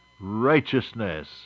Righteousness